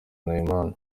nahimana